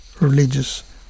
religious